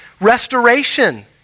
Restoration